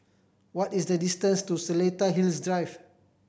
what is the distance to Seletar Hills Drive